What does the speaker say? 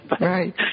right